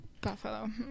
Buffalo